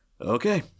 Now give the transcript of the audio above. okay